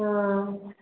हँ